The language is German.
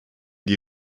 die